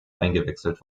eingewechselt